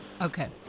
Okay